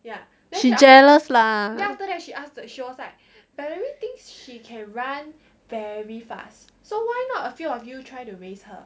she jealous lah